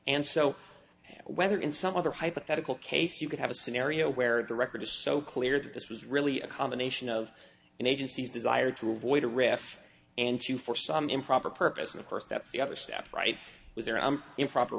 and so whether in some other hypothetical case you could have a scenario where the record is so clear that this was really a combination of an agency's desire to avoid a riff and to force some improper purpose and of course that the other step right was there an improper